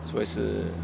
所以是